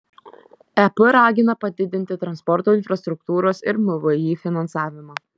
ep ragina padidinti transporto infrastruktūros ir mvį finansavimą